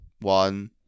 one